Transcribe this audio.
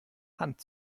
hand